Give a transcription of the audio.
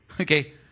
Okay